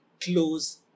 close